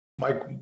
Mike